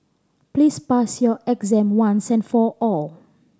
please pass your exam once and for all